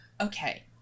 okay